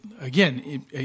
again